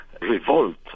revolt